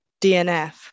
DNF